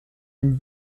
dem